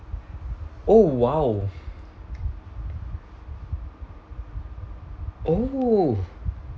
oh !wow! oh